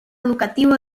educativos